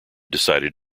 decided